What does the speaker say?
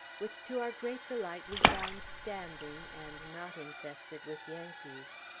which to our great delight we found standing, and not infested with yankees.